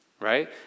right